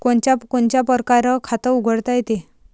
कोनच्या कोनच्या परकारं खात उघडता येते?